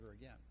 again